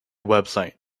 website